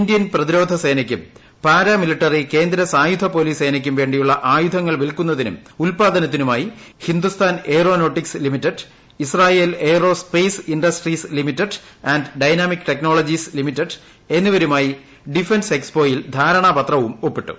Indian പ്രതിരോധ സ്പ്രേന്യ്ക്കും para military കേന്ദ്ര സായുധ പോലൂീസ് സേനയ്ക്കും വേണ്ടിയുള്ള ആയുധങ്ങൾ വിൽക്കുന്നതിനും ഉല്പാദനത്തിനുമായി Hindustan Aeronautics Limited Israel Aerospace Industries Limited and Dynamic Technologies Limited എന്നിവരുമായി ഡിഫൻസ് എക്സോപോയിൽ ധാരണപത്രവും ഒപ്പിട്ടു